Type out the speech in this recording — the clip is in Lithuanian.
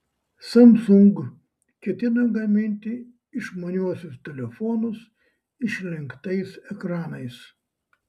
samsung ketina gaminti išmaniuosius telefonus išlenktais ekranais